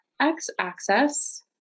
X-axis